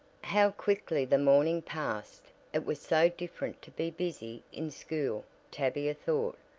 how quickly the morning passed! it was so different to be busy in school, tavia thought,